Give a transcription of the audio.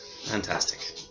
Fantastic